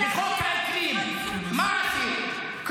את אמרת לי בכנסת הקודמת שאת